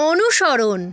অনুসরণ